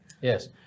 Yes